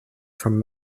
from